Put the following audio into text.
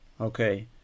Okay